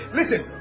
Listen